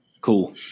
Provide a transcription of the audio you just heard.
Cool